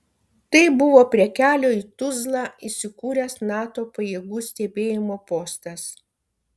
tai buvo prie kelio į tuzlą įsikūręs nato pajėgų stebėjimo postas